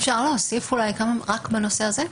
אפשר להוסיף רק בנושא הזה?